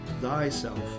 thyself